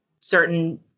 certain